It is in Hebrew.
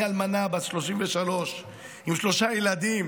אני אלמנה בת 33 עם שלושה ילדים